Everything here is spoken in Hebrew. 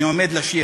אני עומד לשיר.